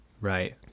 Right